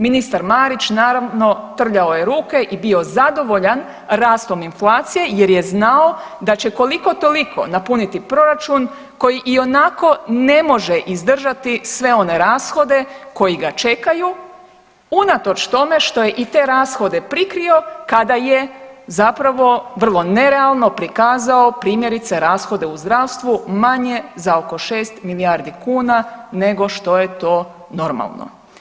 Ministar Marić naravno trljao je ruke i bio zadovoljan rastom inflacije jer je znao da će koliko toliko napuniti proračun koji ionako ne može izdržati sve one rashode koji ga čekaju unatoč tome što je i te rashode prikrio kada je zapravo vrlo nerealno prikazao primjerice rashode u zdravstvu manje za oko 6 milijardi kuna nego što je to normalno.